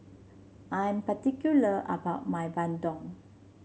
I'm particular about my bandung